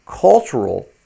cultural